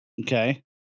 Okay